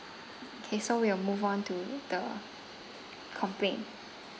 K so we will move on to the complaint